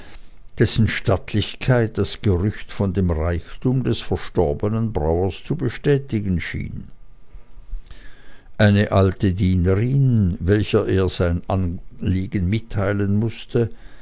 dessen stattlichkeit das gerücht von dem reichtume des verstorbenen brauers zu bestätigen schien eine alte dienerin welcher er sein anliegen mitteilen mußte